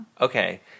Okay